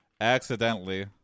accidentally